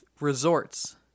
resorts